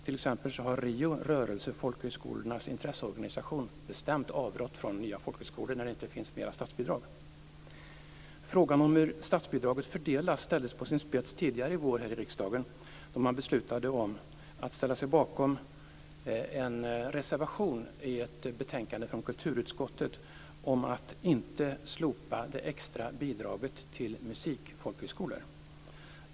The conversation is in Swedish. T.ex. har Rörelsefolkhögskolornas Intresseorganisation, RIO, bestämt avrått från nya folkhögskolor när det inte finns tillkommande statsbidrag för sådana. Frågan om hur statsbidraget fördelas ställdes på sin spets tidigare i vår, då riksdagen beslutade om en reservation vid ett betänkande från kulturutskottet. I reservationen yrkades att det extra bidraget till musikfolkhögkolor inte skulle slopas.